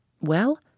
Well